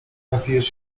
napijesz